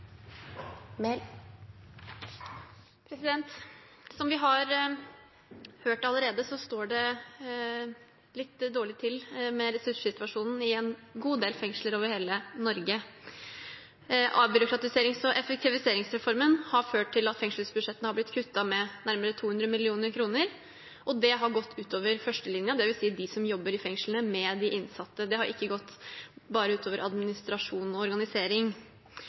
der. Som vi har hørt allerede, står det litt dårlig til med ressurssituasjonen i en god del fengsler over hele Norge. Avbyråkratiserings- og effektiviseringsreformen har ført til at fengselsbudsjettene er blitt kuttet med nærmere 200 mill. kr, og det har gått ut over førstelinjen, det vil si dem som jobber i fengslene med de innsatte. Det har ikke bare gått ut over administrasjon og organisering.